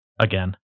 again